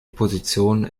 position